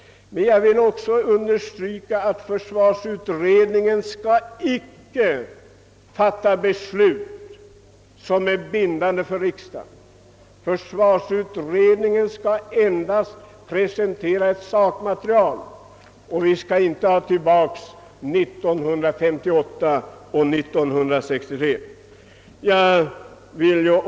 Jag vill också understryka att försvarsutredningen inte skall fatta beslut som är bindande för riksdagen, utan försvarsutredningen skall endast presentera sakmaterial. Det får inte bli något nytt 1958 och 1963.